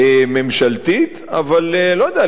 ממשלתית, אבל לא יודע, לפעמים,